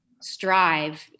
strive